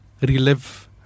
relive